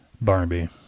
Barbie